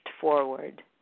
forward